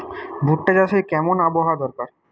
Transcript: ভুট্টা চাষে কেমন আবহাওয়া দরকার?